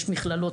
יש מכללות,